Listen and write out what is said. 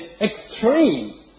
extreme